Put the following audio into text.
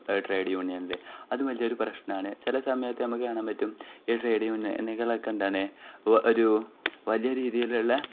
trade യൂണിയനിൽ അത് വലിയൊരു പ്രശ്നമാണ് ചില സമയത്ത് നമുക്ക് കാണാൻ പറ്റും ഈ ട്രേഡ് യൂണിയനുകളൊക്കെ എന്താണ് ഒരു വലിയ രീതിയിലുള്ള